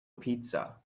pizza